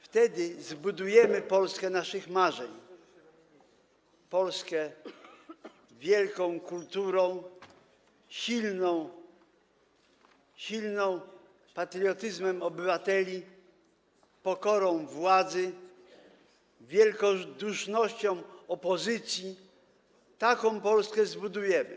Wtedy zbudujemy Polskę naszych marzeń, Polskę wielką kulturą, silną patriotyzmem obywateli, pokorą władzy, wielkodusznością opozycji, taką Polskę zbudujemy.